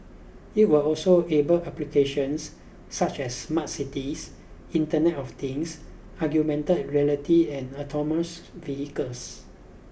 it will also able applications such as smart cities Internet of Things augmented reality and autonomous vehicles